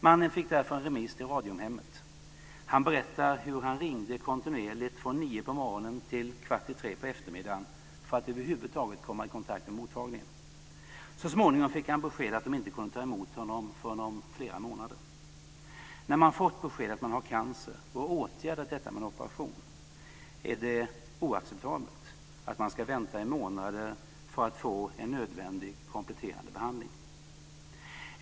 Mannen fick därför en remiss till Radiumhemmet. Han berättar hur han ringde kontinuerligt från nio på morgonen till kvart i tre på eftermiddagen för att över huvud taget komma i kontakt med mottagningen. Så småningom fick han besked att de inte kunde ta emot honom förrän om flera månader. När man fått besked att man har cancer och åtgärdat detta med en operation är det oacceptabelt att man ska vänta i månader för att få en nödvändig kompletterande behandling.